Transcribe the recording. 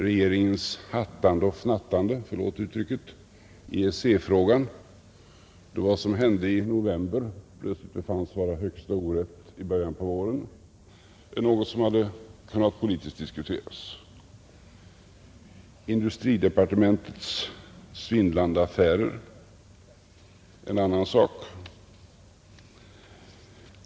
Regeringens hattande och fnattande — förlåt uttrycket — i EEC-frågan, då vad som hände i november plötsligt befanns vara högsta orätt i början av våren, är något som hade kunnat politiskt diskuteras, Industridepartementets svindlande affärer är en annan sak.